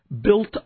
built